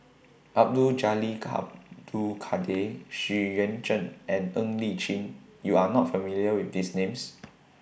Abdul Jalil Abdul Kadir Xu Yuan Zhen and Ng Li Chin YOU Are not familiar with These Names